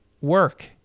work